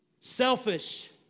Selfish